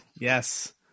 yes